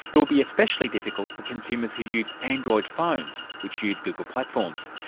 it will be especially difficult for consumers who use android phones, which use google platforms.